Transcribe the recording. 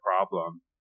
problem